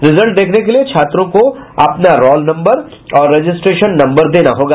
result देखने के लिये छात्रों को अपने रौल नम्बर और रजिस्ट्रेशन नम्बर देना होगा